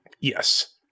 Yes